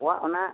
ᱟᱠᱚᱣᱟᱜ ᱚᱱᱟ